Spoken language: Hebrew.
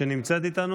נמצאת איתנו?